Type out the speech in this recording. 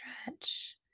stretch